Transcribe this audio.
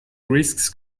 risks